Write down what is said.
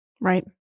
Right